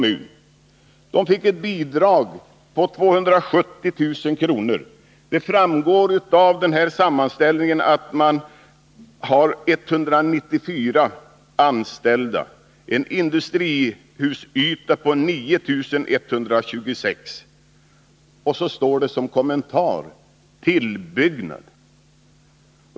Det företaget fick ett bidrag på 270 000 kr. Det framgår av sammanställningen att man har 194 anställda och en industrihusyta på 9 126 kvadratmeter. Och så står det som kommentar: Tillbyggnad.